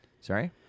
Sorry